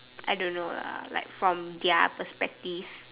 I don't know lah like from their perspective